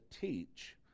teach